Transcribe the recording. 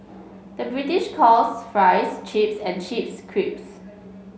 the British calls fries chips and chips creeps